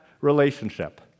relationship